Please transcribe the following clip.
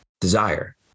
Desire